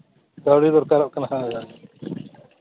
ᱠᱟᱹᱣᱰᱤ ᱫᱚᱨᱠᱟᱨᱚᱜ ᱠᱟᱱᱟ ᱦᱳᱭ